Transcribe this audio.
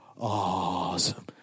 awesome